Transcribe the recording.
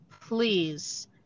please